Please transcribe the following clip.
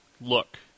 look